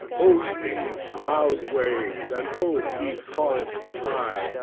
o ye loud waves! and o ye forests high!